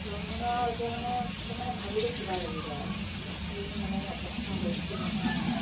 ৰন্ধনৰ এতিয়া মানে একদম মানে ভাবিলেই কিবা লাগি যায় আৰু কি মানে অৱস্থা হৈছিল নহয়